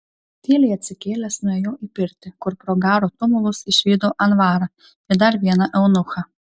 tyliai atsikėlęs nuėjau į pirtį kur pro garų tumulus išvydau anvarą ir dar vieną eunuchą